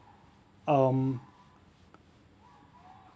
um